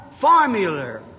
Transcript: formula